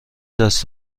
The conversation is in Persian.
دست